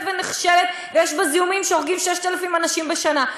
ונחשלת ויש בה זיהומים שהורגים 6,000 אנשים בשנה.